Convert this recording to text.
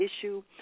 issue